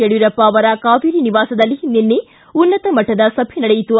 ಯಡಿಯೂರಪ್ಪ ಅವರ ಕಾವೇರಿ ನಿವಾಸದಲ್ಲಿ ನಿನ್ನೆ ಉನ್ನತಮಟ್ಟದ ಸಭೆ ನಡೆಯಿತು